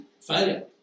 failure